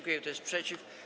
Kto jest przeciw?